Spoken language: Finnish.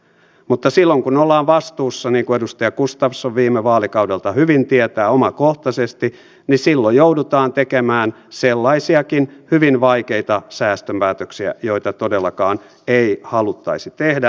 mutta silloin kun ollaan vastuussa niin kuin edustaja gustafsson viime vaalikaudelta hyvin tietää omakohtaisesti silloin joudutaan tekemään sellaisia hyvin vaikeitakin säästöpäätöksiä joita todellakaan ei haluttaisi tehdä